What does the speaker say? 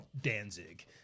danzig